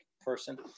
person